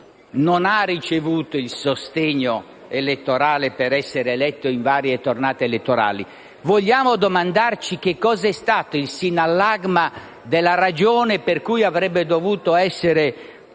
non ha ricevuto il sostegno elettorale per essere eletto in varie tornate elettorali. Vogliamo domandarci che cosa è stato il sinallagma della ragione per cui avrebbe dovuto essere